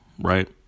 right